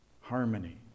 harmony